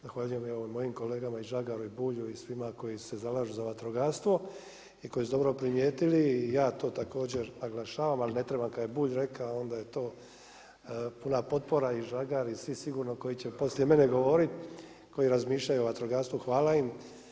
Zahvaljujem evo i mojim kolegama i Žagaru i Bulju i svima koji se zalažu za vatrogastvo i koji su dobro primijetili i ja to također naglašavam, ali ne trebam kad je Bulj rekao, onda je to puna potpora i Žagar i svi sigurno koji će poslije mene govoriti koji razmišljaju o vatrogastvu, hvala im.